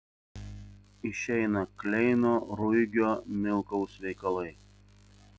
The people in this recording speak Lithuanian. išeina kleino ruigio milkaus veikalai